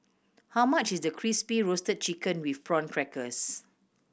how much is Crispy Roasted Chicken with Prawn Crackers